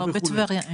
לא, בטבריה אין.